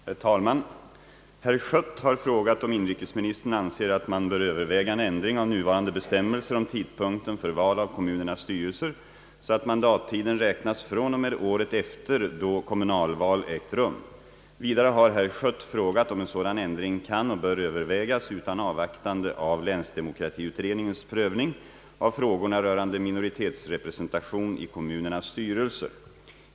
Herr talman! Herr Schött har frågat om inrikesministern anser att man bör överväga en ändring av nuvarande bestämmelser om tidpunkten för val av kommunernas styrelser så att mandattiden räknas från och med året efter det då kommunalval ägt rum. Vidare har herr Schött frågat om en sådan ändring kan och bör övervägas utan avvaktande av länsdemokratiutredningens prövning av frågorna rörande minoritetsrepresentationen i kommunernas styrelser.